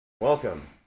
Welcome